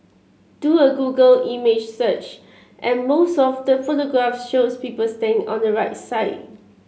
do a Google image search and most of the photographs shows people standing on the right side